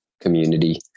community